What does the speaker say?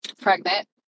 pregnant